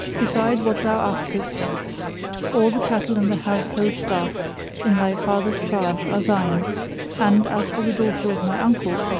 beside what thou askest all the cattle and the house hold stuff in thy father's charge are thine and, as for the daughter of my uncle,